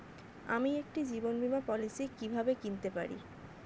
আমি একটি জীবন বীমা পলিসি কিভাবে কিনতে পারি?